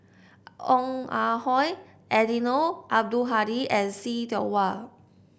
Ong Ah Hoi Eddino Abdul Hadi and See Tiong Wah